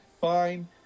fine